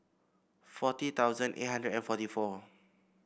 forty thousand eight hundred and forty four